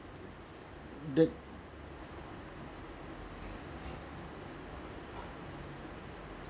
the